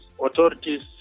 authorities